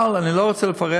אבל אני לא רוצה לפרט,